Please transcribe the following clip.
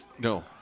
No